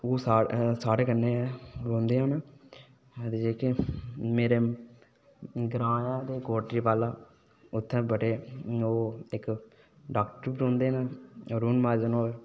ओह् साढ़े कन्नै गै रौंह्दे न ते जेह्के मेरे ग्रां दा कोटरीवाला उत्थै बड्डे ओह् इक डाक्टर रौंह्दे न अरुण महाजन होर